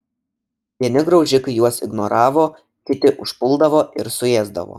vieni graužikai juos ignoravo kiti užpuldavo ir suėsdavo